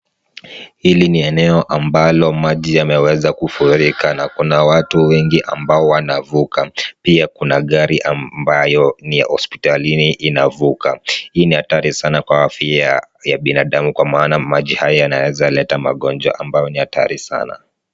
Hili ni eneo ambalo maji yameweza kufurika na Kuna watu wengi ambao wanavuga pia Kuna gari ambayo ni ya hospitali inavuga, hii ni hatari sana kwa afya ya binadamu kwa maana maji haya yanaweza leta magonjwa ambayo ni hatari sana.